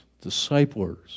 disciples